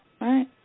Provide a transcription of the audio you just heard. Right